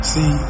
See